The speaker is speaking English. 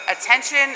Attention